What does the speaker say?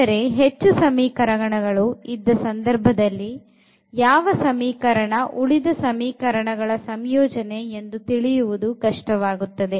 ಆದರೆ ಹೆಚ್ಚು ಸಮೀಕರಣಗಳು ಇದ್ದ ಸಂದರ್ಭದಲ್ಲಿ ಯಾವ ಸಮೀಕರಣ ಉಳಿದ ಸಮೀಕರಣಗಳ ಸಂಯೋಜನೆ ಎಂದು ತಿಳಿಯುವುದು ಕಷ್ಟವಾಗುತ್ತದೆ